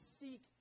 seek